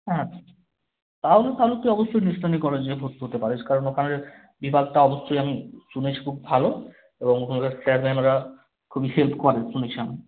হ্যাঁ তাহলে তাহলে তুই অবশ্যই নিস্তারনি কলেজে ভর্তি হতে পারিস কারণ ওখানে বিভাগটা অবশ্যই আমি শুনেছি খুব ভালো এবং ওখানকার স্যার ম্যামরা খুবই হেল্প করে শুনেছি আমি